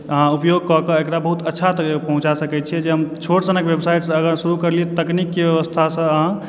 अहाँ उपयोग कऽ के एकरा बहुत अच्छा तरह पहुँचा सकैत छियै जे हम छोट सन व्यवसायसँ अगर शुरु करलियै तकनीककऽ व्यवस्थासँ अहाँ